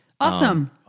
Awesome